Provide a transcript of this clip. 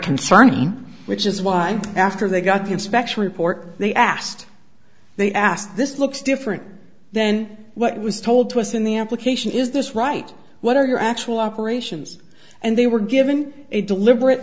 concerning which is why after they got the inspection report they asked they asked this looks different then what was told to us in the application is this right what are your actual operations and they were given a deliberate